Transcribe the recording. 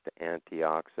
antioxidant